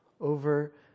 over